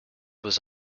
was